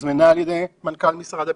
היא הוזמנה על ידי מנכ"ל משרד הביטחון,